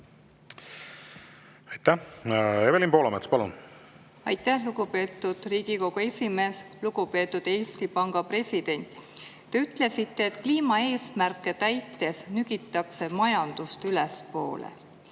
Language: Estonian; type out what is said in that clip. Aitäh! Evelin Poolamets, palun! Aitäh, lugupeetud Riigikogu esimees! Lugupeetud Eesti Panga president! Te ütlesite, et kliimaeesmärke täites nügitakse majandust ülespoole.